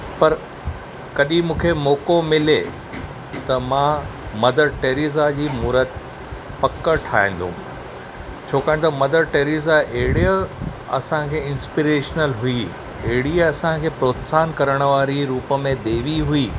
पर कॾहिं मूंखे मौको मिले त मां मदर टेरेसा जी मूर्त पक ठाहींदुमि छाकाणि त मदर टेरेसा एॾे असांखे इंस्पिरेशनल हुई एॾी असांखे प्रोत्साहन करण वारी रूप में देवी हुई